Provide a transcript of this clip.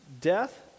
Death